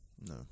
No